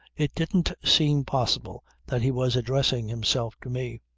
it didn't seem possible that he was addressing himself to me.